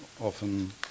often